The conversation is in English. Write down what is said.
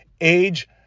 age